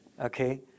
Okay